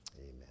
Amen